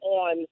on